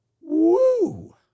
Woo